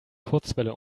kurzwelle